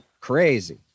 crazy